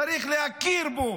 צריך להכיר בו.